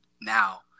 now